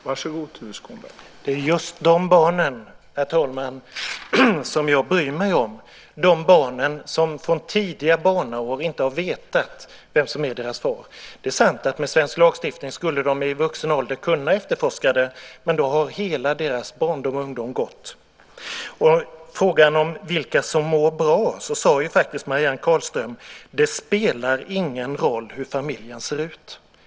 Herr talman! Det är just de barnen som jag bryr mig om, de barn som från tidiga barnaår inte har vetat vem som är deras far. Det är sant att de med svensk lagstiftning i vuxen ålder skulle kunna efterforska det. Men då har hela deras barndom och ungdom gått. I frågan om vilka som mår bra sade Marianne Carlström: Det spelar ingen roll hur familjen ser ut.